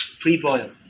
pre-boiled